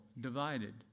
divided